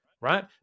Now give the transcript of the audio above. right